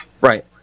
Right